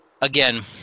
again